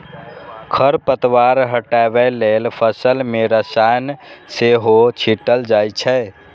खरपतवार हटबै लेल फसल मे रसायन सेहो छीटल जाए छै